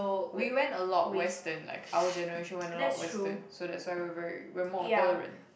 we went a lot western like our generation went a lot western so that's why we are very we are more tolerant